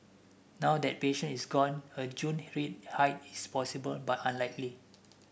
now that patient is gone a June rate hike is possible but unlikely